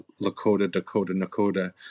Lakota-Dakota-Nakota